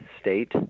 state